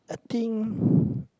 think